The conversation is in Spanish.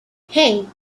hey